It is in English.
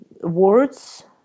words